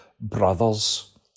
Brothers